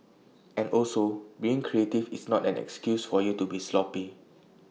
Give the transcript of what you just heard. and also being creative is not an excuse for you to be sloppy